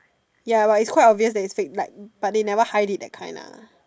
ya but is quite obvious that is fake like but they never hide it that kind lah